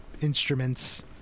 instruments